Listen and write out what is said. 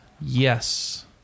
Yes